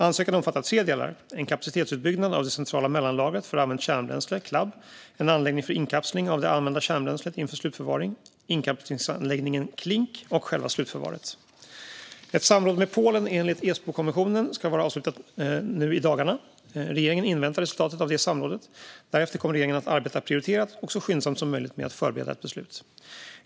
Ansökan omfattar tre delar: en kapacitetsutbyggnad av det centrala mellanlagret för använt kärnbränsle, Clab, en anläggning för inkapsling av det använda kärnbränslet inför slutförvaring - inkapslingsanläggningen Clink - och själva slutförvaret. Ett samråd med Polen enligt Esbokonventionen ska vara avslutat nu i dagarna. Regeringen inväntar resultatet av det samrådet. Därefter kommer regeringen att arbeta prioriterat och så skyndsamt som möjligt med att förbereda ett beslut.